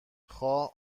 خواه